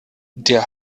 der